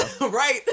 Right